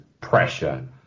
pressure